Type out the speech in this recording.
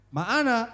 Maana